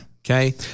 Okay